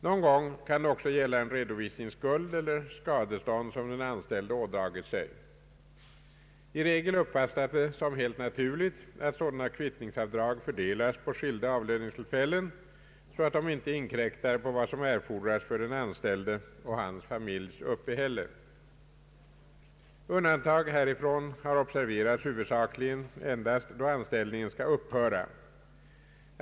Någon gång kan det också gälla en redovisningsskuld eller skadestånd som den anställde ådragit sig. I regel uppfattas det som helt naturligt att sådana kvittningsavdrag fördelas på skilda avlöningstillfällen, så att de inte inkräktar på vad som erfordras för den anställdes och hans familjs uppehälle. Undantag härifrån har observerats huvudsakligen endast då anställningen skall upphöra.